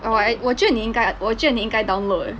err I 我觉得你应该 err 我觉得你应该 download